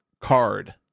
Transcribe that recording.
card